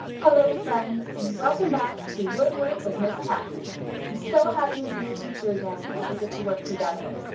hello friends and welcome back to word work with ms. kathy. i'm so happy to be your teacher again and that we get to work together.